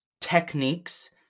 techniques